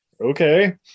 okay